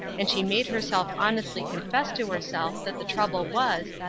and she made herself honestly confess to herself that the trouble was,